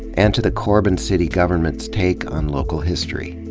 and to the corbin city government's take on local history.